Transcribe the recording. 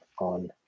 on